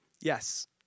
Yes